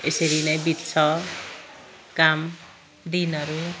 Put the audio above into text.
एसरी नै बित्छ काम दिनहरू